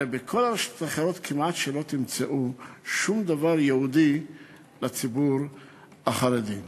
בכל הרשתות האחרות כמעט לא תמצאו שום דבר ייעודי לציבור החרדי.